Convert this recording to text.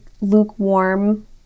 lukewarm